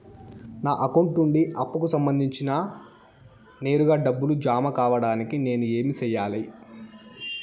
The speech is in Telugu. నా అకౌంట్ నుండి అప్పుకి సంబంధించి నేరుగా డబ్బులు జామ కావడానికి నేను ఏమి సెయ్యాలి?